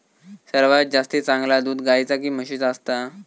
सर्वात जास्ती चांगला दूध गाईचा की म्हशीचा असता?